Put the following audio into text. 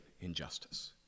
injustice